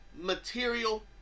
material